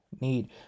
need